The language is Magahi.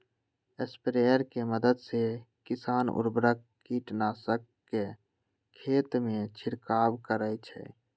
स्प्रेयर के मदद से किसान उर्वरक, कीटनाशक के खेतमें छिड़काव करई छई